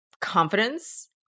confidence